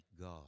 God